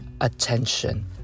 attention